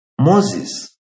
Moses